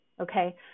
Okay